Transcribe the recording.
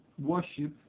worship